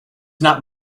not